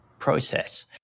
process